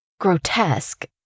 grotesque